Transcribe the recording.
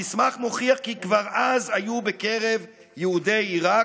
המסמך מוכיח כי כבר אז היו בקרב יהודי עיראק,